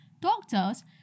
doctors